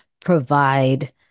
provide